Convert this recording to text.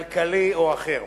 כלכלי או אחר.